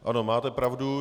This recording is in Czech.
Ano, máte pravdu.